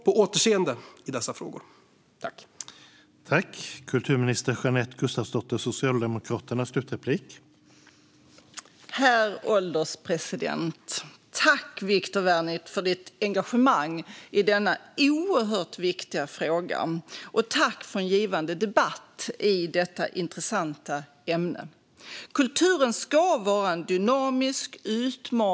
På återseende i dessa frågor.